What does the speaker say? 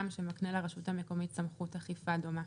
שמקנה לרשות המקומית סמכות אכיפה דומה.